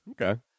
Okay